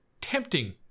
Tempting